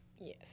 Yes